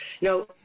No